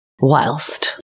Whilst